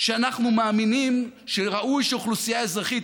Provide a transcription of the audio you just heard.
שאנחנו מאמינים שראוי שאוכלוסייה אזרחית,